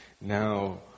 now